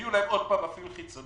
יביאו להם שוב מפעיל חיצוני,